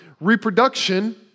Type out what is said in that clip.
reproduction